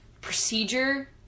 procedure